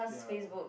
ya